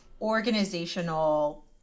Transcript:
organizational